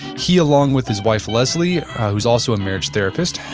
he, along with his wife, leslie who's also a marriage therapist,